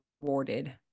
rewarded